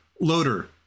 Loader